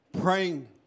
praying